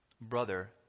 brother